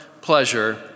pleasure